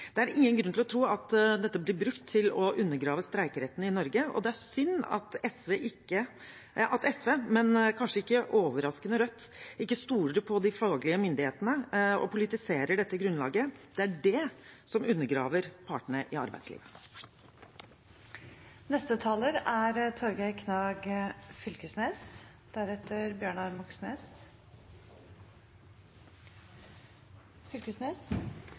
Det er ingen grunn til å tro at dette blir brukt til å undergrave streikeretten i Norge, og det er synd at SV og – kanskje ikke overraskende – Rødt ikke stoler på de faglige myndighetene og politiserer dette grunnlaget. Det er det som undergraver partene i arbeidslivet. Stikkordet til statsråden er